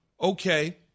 okay